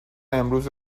امروز